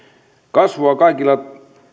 kasvua kaikilla